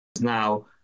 now